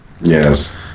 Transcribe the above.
Yes